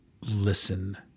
listen